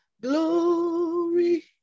glory